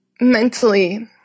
Mentally